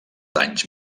danys